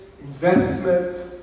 investment